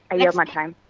i yield my time.